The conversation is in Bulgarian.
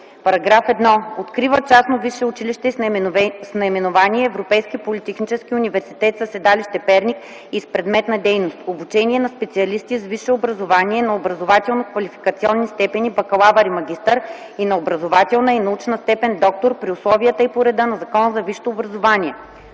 Е Ш И: § 1. Открива частно висше училище с наименование „Европейски политехнически университет” със седалище Перник и с предмет на дейност: обучение на специалисти с висше образование на образователно-квалификационни степени „бакалавър” и „магистър”, и на образователна и научна степен „доктор” при условията и по реда на Закона за висшето образование.